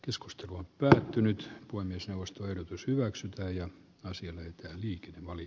keskustelun pyörtynyt kuin myös nostoehdotus hyväksytään ja asian liike oli